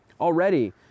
Already